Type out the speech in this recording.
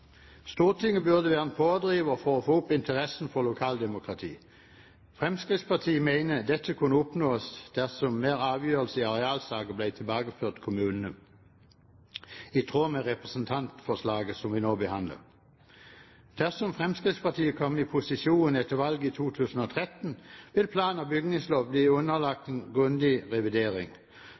Stortinget burde være en pådriver for å få opp interessen for lokaldemokrati. Fremskrittspartiet mener dette kunne oppnås dersom mer avgjørelser i arealsaker ble tilbakeført til kommunene, i tråd med representantforslaget som vi nå behandler. Dersom Fremskrittspartiet kommer i posisjon etter valget i 2013, vil plan- og bygningsloven bli underlagt en grundig revidering.